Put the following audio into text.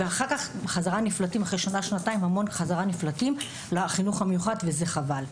ואחר כך הם נפלטים חזרה אחרי שנה או שנתיים לחינוך המיוחד וזה חבל.